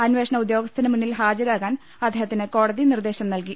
അന്വേഷണ ഉദ്യോഗസ്ഥനു മുന്നിൽ ഹാജരാകാൻ അദ്ദേഹത്തിന് കോടതി നിർദേശം നൽകി